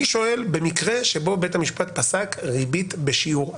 אני שואל במקרה שבו בית המשפט פסק ריבית בשיעור אחר.